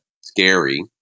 scary